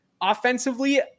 offensively